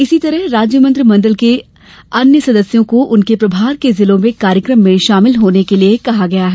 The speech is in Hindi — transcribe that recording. इसी तरह राज्य मंत्रिमंडल अन्य सदस्यों को उनके प्रभार के जिलों में कार्यक्रम में शामिल होने के लिए कहा गया है